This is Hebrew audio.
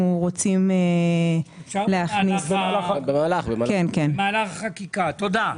רוצים להכניס -- אפשר במהלך החקיקה תודה,